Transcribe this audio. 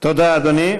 תודה, אדוני.